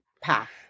path